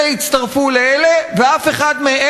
נא